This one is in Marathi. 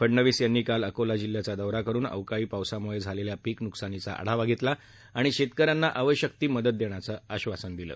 फडणवीस यांनी काल अकोला जिल्ह्याचा दौरा करुन अवकाळी पावसामुळे झालेल्या पीक नुकसानीचा आढावा घेतला आणि शेतक यांना आवश्यक ती मदत देण्याचं आधासन दिलं